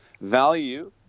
value